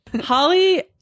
Holly